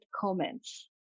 comments